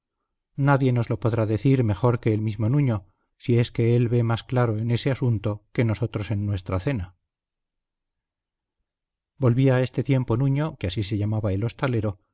nadie nos lo podrá decir mejor que el mismo nuño si es que él ve más claro en ese asunto que nosotros en nuestra cena volvía a este tiempo nuño que así se llamaba el hostalero